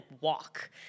walk